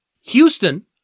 Houston